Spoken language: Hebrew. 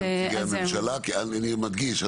אני מדגיש,